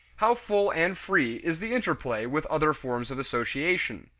how full and free is the interplay with other forms of association?